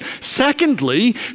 Secondly